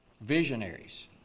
Visionaries